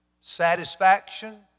satisfaction